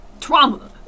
Trauma